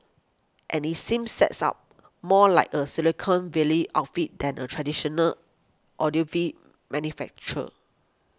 and it seems says up more like a silicon valley outfit than a traditional audiophile manufacturer